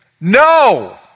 No